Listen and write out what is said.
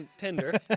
Tender